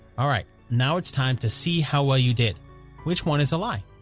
alright, now it's time to see how well you did which one is a lie?